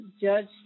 judge